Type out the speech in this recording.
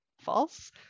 false